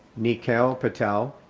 neacail patel,